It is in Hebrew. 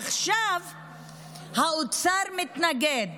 עכשיו האוצר מתנגד